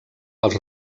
els